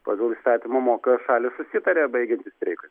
pagal įstatymą moka šalys susitaria baigiantis streikui